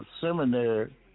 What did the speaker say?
seminary